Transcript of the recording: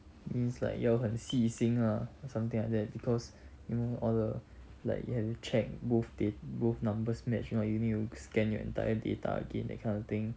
means like 要很细心 lah or something like that because you know all the like you have to check both da~ both numbers match or not you need to scan your entire data again that kind of thing